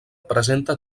presenta